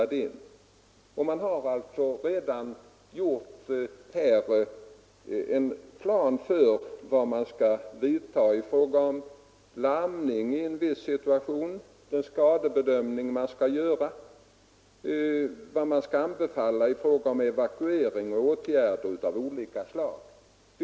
Det finns alltså redan en plan för vad man skall vidta i fråga om larmning i vissa situationer, den skadebedömning som skall göras, vad man skall anbefalla i fråga om evakuering och åtgärder av olika slag.